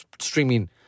streaming